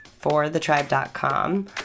forthetribe.com